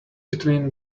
between